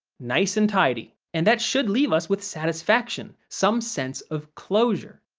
nice and tidy, and that should leave us with satisfaction, some sense of closure.